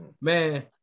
man